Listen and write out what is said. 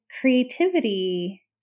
creativity